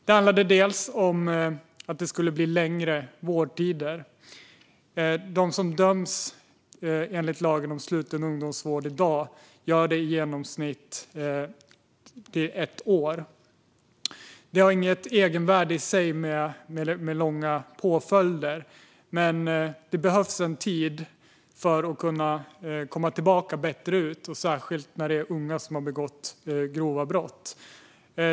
Det handlade bland annat om att det skulle bli längre vårdtider. De som döms enligt lagen om sluten ungdomsvård i dag döms i genomsnitt till ett år. Långa påföljder har inget egenvärde, men det behövs en tid för att kunna komma tillbaka ut bättre och särskilt när det är unga som har begått grova brott.